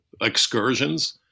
excursions